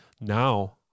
Now